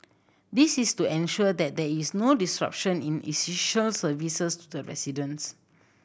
this is to ensure that there is no disruption in essential services to residents